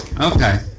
Okay